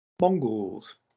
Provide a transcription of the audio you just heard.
Mongols